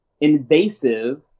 invasive